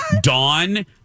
Dawn